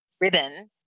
ribbon